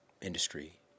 industry